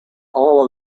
all